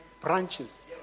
branches